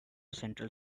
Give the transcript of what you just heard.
central